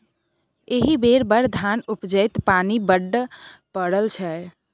एहि बेर बड़ धान उपजतै पानि बड्ड पड़ल छै